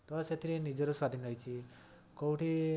ତ ସେଥିରେ ନିଜର ସ୍ୱାଧିନ ଅଛି କୋଉଠି